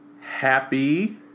happy